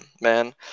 man